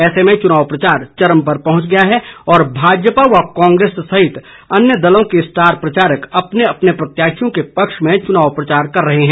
ऐसे में चुनाव प्रचार चरम पर पहुंच गया है और भाजपा व कांग्रेस सहित अन्य दलों के स्टार प्रचारक अपने अपने प्रत्याशियों के पक्ष में चुनाव प्रचार कर रहे हैं